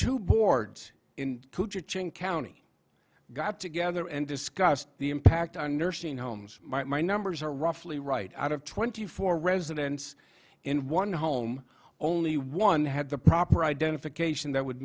two boards in county got together and discussed the impact our nursing homes might my numbers are roughly right out of twenty four residents in one home only one had the proper identification that would